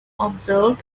observed